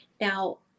Now